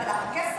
כמעט הלך הכסף,